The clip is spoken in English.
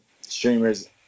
streamers